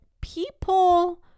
people